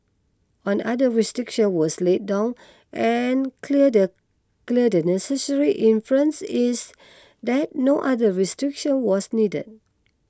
on other restriction was laid down and clear the clear and necessary inference is that no other restriction was needed